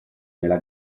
nella